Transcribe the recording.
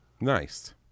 Nice